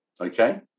okay